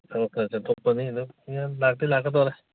ꯊꯕꯛ ꯈꯔ ꯆꯠꯊꯣꯛꯄꯅꯤꯅ ꯑꯗꯨꯝ ꯌꯨꯝ ꯂꯥꯛꯇꯤ ꯂꯥꯛꯀꯗꯧꯔꯦ